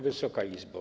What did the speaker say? Wysoka Izbo!